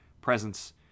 presence